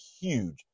huge